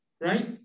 right